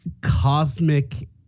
cosmic